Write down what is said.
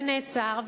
זה נעצר,